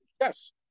Yes